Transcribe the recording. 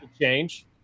change